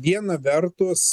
viena vertus